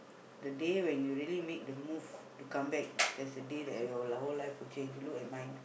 the day where you really made the move to come back that's the day that your whole life will change look at mine